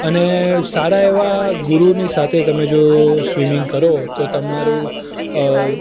અને સારા એવા ગુરુની સાથે તમે જો સ્વિમિંગ કરો તો તમારું